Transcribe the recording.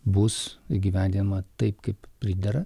bus įgyvendinama taip kaip pridera